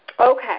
Okay